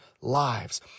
lives